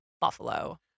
Buffalo